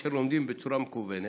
אשר לומדים בצורה מקוונת?